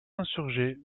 insurgés